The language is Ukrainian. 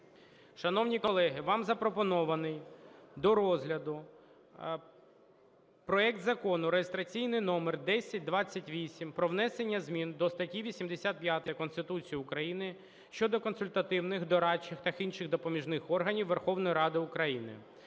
Шановні колеги, вам запропонований до розгляду проект Закону (реєстраційний номер 1028) про внесення зміни до статті 85 Конституції України (щодо консультативних, дорадчих та інших допоміжних органів Верховної Ради України).